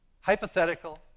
Hypothetical